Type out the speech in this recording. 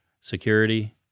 Security